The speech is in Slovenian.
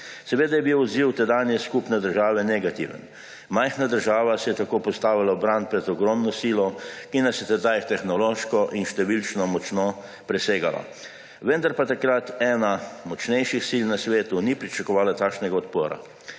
Seveda je bil odziv tedanje skupne države negativen. Majhna država se je tako postavila v bran pred ogromno silo, ki nas je tedaj tehnološko in številčno močno presegala. Vendar pa takrat ena močnejših sil na svetu ni pričakovala takšnega odpora.